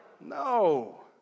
No